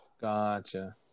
Gotcha